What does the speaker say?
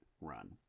Run